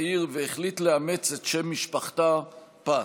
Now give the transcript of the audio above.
לאמץ את שם משפחתה, פת.